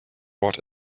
what